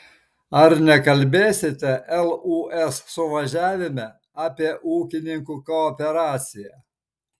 ar nekalbėsite lūs suvažiavime apie ūkininkų kooperaciją